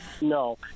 No